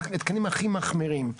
התקנים הכי מחמירים.